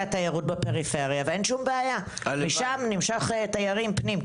התיירות בפריפריה ואין שום בעיה; לשם נמשוך תיירות פנים,